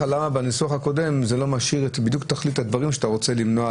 למה הניסוח הקודם לא משאיר בדיוק את תכלית הדברים שאתה רוצה למנוע,